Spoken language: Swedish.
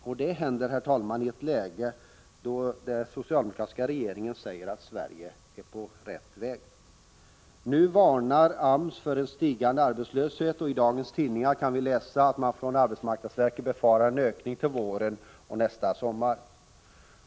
Och detta händer, herr talman, i ett läge då den socialdemokratiska regeringen säger att Sverige är på rätt väg. Nu varnar AMS för en stigande arbetslöshet, och i dagens tidningar kan vi läsa att man från arbetsmarknadsverket befarar en ökning till våren och nästa sommar.